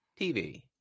TV